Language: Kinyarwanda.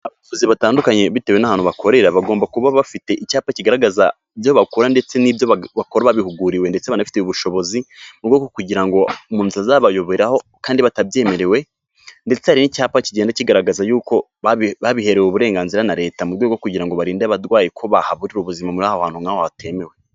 Abakozi batandukanye bitewe n'ahantu bakorera, bagomba kuba bafite icyapa kigaragaza ibyo bakora ndetse n'ibyo bakora babihuguriwe ndetse banafiye ubushobozi, murwego rwo kugira ngo umuntu atazabayoberaho kandi batabyemerewe, ndetse hari n'icyacyapa kigenda kigaragaza yuko babiherewe uburenganzira na leta, mu rwego rwo kugira ngo barinde abarwayi ko bahaburira ubuzima muri hantu nk'aho hatemewe.